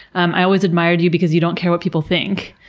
i always admired you because you don't care what people think.